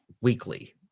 weekly